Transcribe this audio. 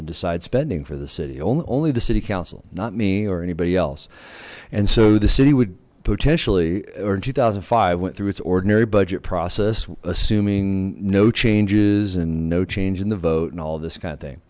and decide spending for the city only only the city council not me or anybody else and so the city would potentially or in two thousand and five went through its ordinary budget process assuming no changes and no change in the vote and all this kind of thing